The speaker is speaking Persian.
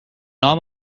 نام